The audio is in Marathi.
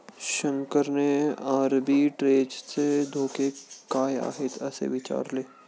शंकरने आर्बिट्रेजचे धोके काय आहेत, असे विचारले